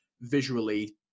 visually